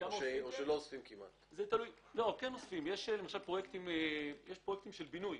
יש פרויקטים של בינוי.